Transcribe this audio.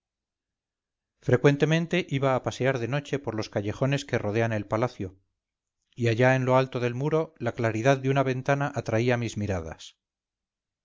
frecuentemente iba a pasear de noche por los callejones que rodean el palacio y allá en lo alto del muro la claridad de una ventana atraía mis miradas